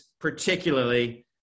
particularly